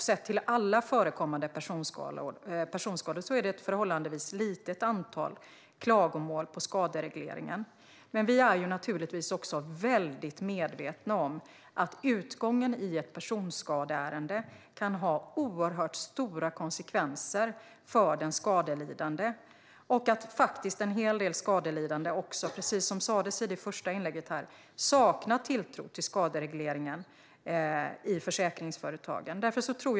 Sett till alla förekommande personskador är det ett förhållandevis litet antal klagomål på skaderegleringen. Men vi är givetvis medvetna om att utgången i ett personskadeärende kan få stora konsekvenser för den skadelidande och att en hel del skadelidande, precis som sas i det första inlägget, saknar tilltro till skaderegleringen i försäkringsföretagen.